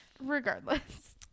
regardless